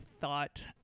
thought